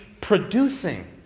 producing